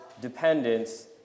dependence